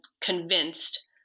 convinced